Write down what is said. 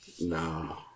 No